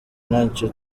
nacyo